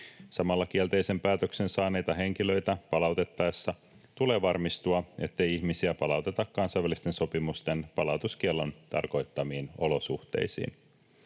Samalla kielteisen päätöksen saaneita henkilöitä palautettaessa tulee varmistua, ettei ihmisiä palauteta kansainvälisten sopimusten palautuskiellon tarkoittamiin olosuhteisiin.